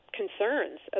concerns